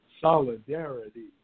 solidarity